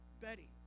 Betty